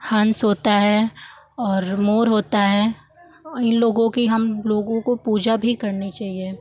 हंस होता है और मोर होता है इन लोगों की हमलोगों को पूजा भी करनी चाहिए